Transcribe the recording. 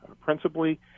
principally